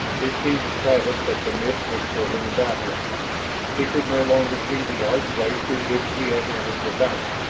it seemed to travis that the mist was curling about him he could no longer see the archway through which he had entered the valley.